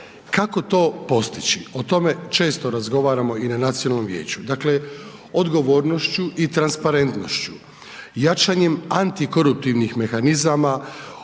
Kako to postići, o tome često razgovaramo i na nacionalnom vijeću, dakle odgovornošću i transparentnošću, jačanjem antikoruptivnih mehanizama,